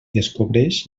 descobreix